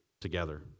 together